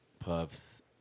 Puffs